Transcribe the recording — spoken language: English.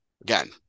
again